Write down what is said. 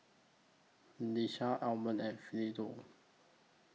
Ieshia Almon and Philo